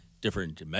different